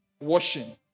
washing